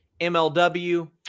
MLW